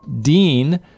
dean